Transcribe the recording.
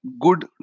good